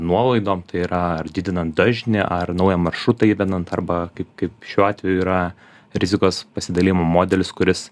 nuolaidom tai yra ar didinant dažnį ar naują maršrutą įvedant arba kaip kaip šiuo atveju yra rizikos pasidalijimo modelis kuris